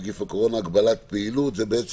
עם נגיף הקורונה החדש (הוראת שעה) (הגבלת פעילות והוראות